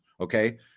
okay